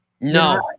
No